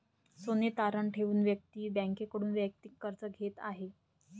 सोने तारण ठेवून व्यक्ती बँकेकडून वैयक्तिक कर्ज घेत आहे